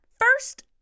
First